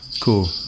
Cool